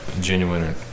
genuine